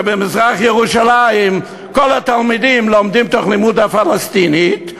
שבמזרח-ירושלים כל התלמידים לומדים את תוכנית הלימודים הפלסטינית,